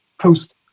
post